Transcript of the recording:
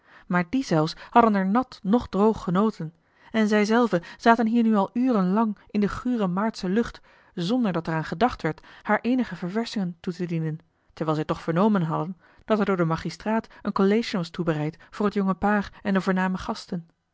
maar die zelfs hadden er nat noch droog genoten en zij zelve zaten hier nu al uren lang in de gure maartsche lucht zonderdat er aan gedacht werd haar eenige ververschingen toe te dienen terwijl zij toch vera l g bosboom-toussaint de delftsche wonderdokter eel dat er door den magistraat een collation was toebereid voor het jonge paar en de voorname gasten